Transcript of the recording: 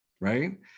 right